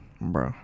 bro